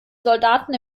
soldaten